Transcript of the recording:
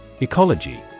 Ecology